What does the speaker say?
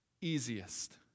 easiest